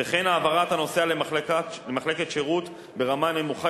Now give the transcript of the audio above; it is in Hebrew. וכן העברת הנוסע למחלקת שירות ברמה נמוכה